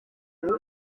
nkuru